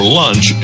lunch